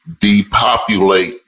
depopulate